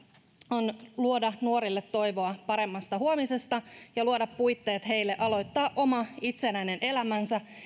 on luoda nuorille toivoa paremmasta huomisesta ja luoda puitteet heille aloittaa oma itsenäinen elämänsä